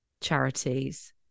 charities